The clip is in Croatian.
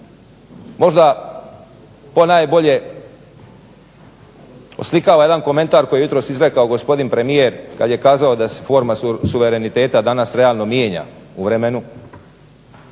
možda ponajbolje oslikava jedan komentar koji je jutros izrekao gospodin premijer kad je kazao da se forma suvereniteta danas realno mijenja u vremenu.